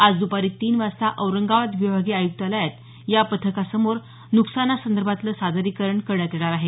आज दुपारी तीन वाजता औरंगाबाद विभागीय आयुक्तालयात या पथकासमोर नुकसानासंदर्भातलं सादरीकरण करण्यात येणार आहे